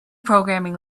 programming